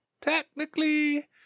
Technically